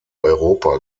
europa